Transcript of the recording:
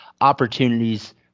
opportunities